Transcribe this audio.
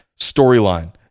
storyline